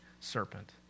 serpent